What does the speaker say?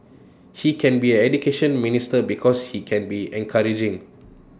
he can be an Education Minister because he can be encouraging